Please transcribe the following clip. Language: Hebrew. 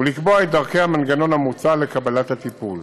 ולקבוע את המנגנון המוצע לקבלת הטיפול.